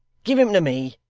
give him to me.